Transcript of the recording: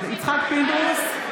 יצחק פינדרוס,